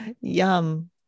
Yum